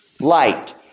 light